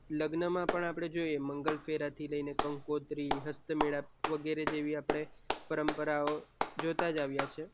લગ્નમાં પણ આપણે જોઈએ મંગળ ફેરાથી લઈને કંકોત્રી હસ્તમેળાપ વગેરે જેવી આપણે પરંપરાઓ જોતા જ આવ્યા છીએ